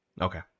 okay